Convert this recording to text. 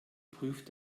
prüft